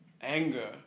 anger